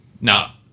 Now